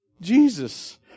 Jesus